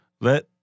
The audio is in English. let